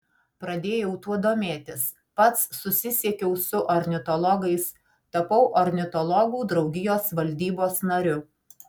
pradėjau tuo domėtis pats susisiekiau su ornitologais tapau ornitologų draugijos valdybos nariu